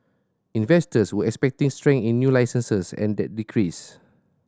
investors were expecting strength in new licences and that decreased